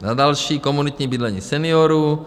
Za další, komunitní bydlení seniorů.